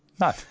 No